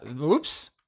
Oops